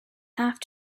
have